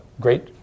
great